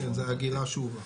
כן, זה האגירה השאובה.